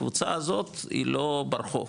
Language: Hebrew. הקבוצה הזאת היא לא ברחוב,